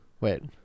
Wait